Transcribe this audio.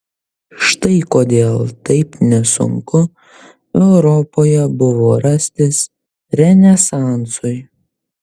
štai kodėl taip nesunku europoje buvo rastis renesansui